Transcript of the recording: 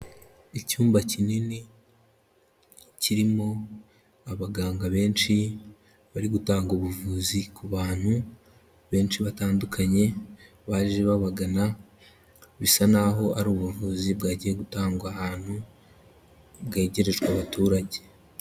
Icyumba kinini kirimo abaganga benshi, bari gutanga ubuvuzi ku bantu benshi batandukanye baje babagana ,bisa n'aho ari ubuvuzi bwagiye gutangwa ahantu ,bwegerejwe abaturage.